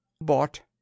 bought